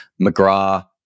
McGrath